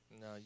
No